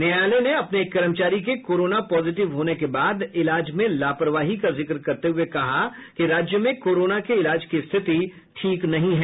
न्यायालय ने अपने एक कर्मचारी के कोरोना पॉजीटीव होने के बाद इलाज में लापरवाही का जिक्र करते हुए कहा कि राज्य में कोरोना के इलाज की स्थिति ठीक नहीं है